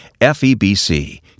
FEBC